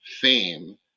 fame